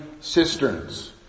cisterns